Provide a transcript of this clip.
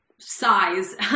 size